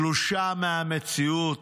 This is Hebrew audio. תלושה מהמציאות,